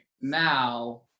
now